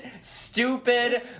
stupid